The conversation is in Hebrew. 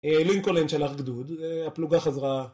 לינקולן שלח גדוד, הפלוגה חזרה